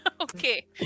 Okay